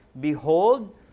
behold